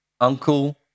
uncle